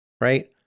right